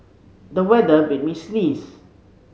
the weather made me sneeze